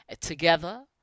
Together